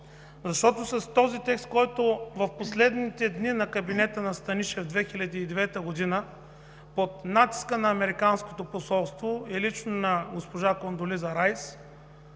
защо. С този текст от последните дни на кабинета на Станишев през 2009 г. под натиска на американското посолство и лично на госпожа Кондолиза Райз,